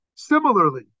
Similarly